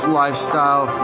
lifestyle